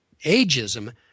ageism